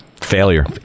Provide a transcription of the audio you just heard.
Failure